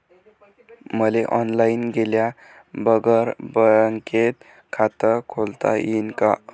मले ऑनलाईन गेल्या बगर बँकेत खात खोलता येईन का?